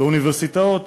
באוניברסיטאות